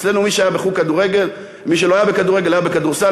אצלנו מי שלא היה בכדורגל היה בכדורסל,